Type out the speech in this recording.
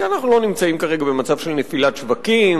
כי אנחנו לא נמצאים כרגע במצב של נפילת שווקים